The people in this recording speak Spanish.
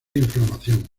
inflamación